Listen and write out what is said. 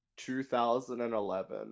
2011